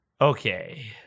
Okay